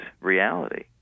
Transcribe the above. reality